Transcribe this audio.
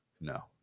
No